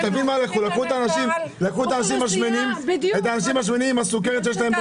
לקחו את האנשים השמנים שיש להם סוכרת